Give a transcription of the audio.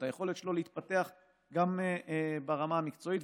את היכולת שלו להתפתח גם ברמה המקצועית.